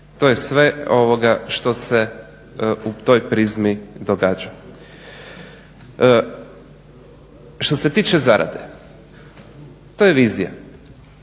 To je sve ovoga što se u toj prizmi događa. Što se tiče zarade? To je vizija.